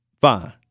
Fine